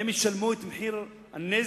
הם ישלמו את מחיר הנזק?